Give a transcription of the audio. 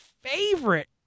favorite